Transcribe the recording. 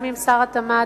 גם עם שר התמ"ת,